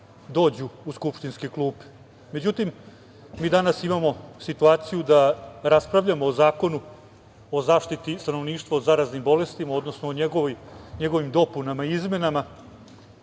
dođu u skupštinske klupe. Međutim, mi danas imamo situaciju da raspravljamo o Zakonu o zaštiti stanovništva od zaraznih bolesti, odnosno o njegovim dopunama i izmenama,